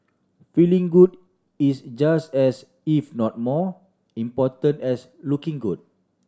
feeling good is just as if not more important as looking good